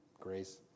grace